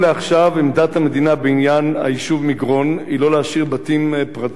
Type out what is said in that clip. עמדת המדינה בעניין היישוב מגרון היא לא להשאיר בתים פרטיים ביישוב,